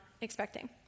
expecting